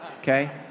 okay